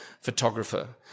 photographer